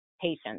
patients